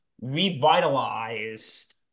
Revitalized